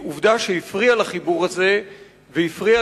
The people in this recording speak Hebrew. היא עובדה שהפריעה לחיבור הזה והפריעה